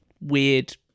weird